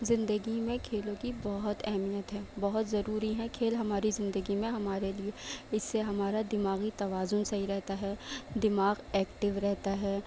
زندگی میں کھیلوں کی بہت اہمیت ہے بہت ضروری ہے کھیل ہماری زندگی میں ہمارے لئے اس سے ہمارا دماغی توازن صحیح رہتا ہے دماغ ایکٹیو رہتا ہے